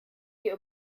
hier